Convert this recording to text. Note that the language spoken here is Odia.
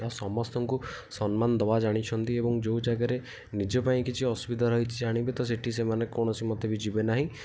ସେମାନେ ସମସ୍ତଙ୍କୁ ସମ୍ମାନ ଦେବା ଜାଣିଛନ୍ତି ଏବଂ ଯେଉଁ ଜାଗାରେ ନିଜ ପାଇଁ କିଛି ଅସୁବିଧା ରହିଛି ଜାଣି ବି ତ ସେଇଠି ସେମାନେ କୌଣସି ମୋତେ ବି ଯିବେ ନାହିଁ